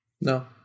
No